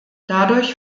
dadurch